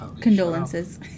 Condolences